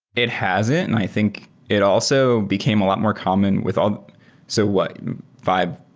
it hasn't, and i think it also became a lot more common with all so what five,